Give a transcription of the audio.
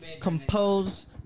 Composed